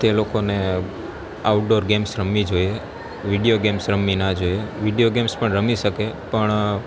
તે લોકોને outdoor games રમવી જોઈએ વિડીયો ગેમ્સ રમવી ના જોઈએ વિડીયો ગેમ્સ પણ રમી શકે પણ